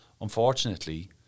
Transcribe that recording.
unfortunately